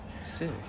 sick